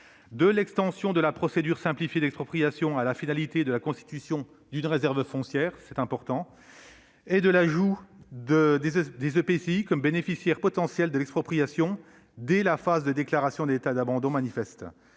de l'extension de la procédure simplifiée d'expropriation à la finalité de la constitution d'une réserve foncière et de l'ajout des EPCI comme bénéficiaires potentiels de l'expropriation, dès la phase de déclaration d'état d'abandon manifeste.